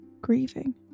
grieving